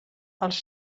els